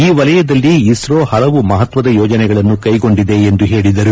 ಈ ವಲಯದಲ್ಲಿ ಇಸ್ರೋ ಹಲವು ಮಹತ್ವದ ಯೋಜನೆಗಳನ್ನು ಕೈಗೊಂಡಿದೆ ಎಂದು ಹೇಳಿದರು